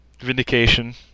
Vindication